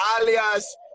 alias